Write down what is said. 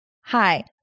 Hi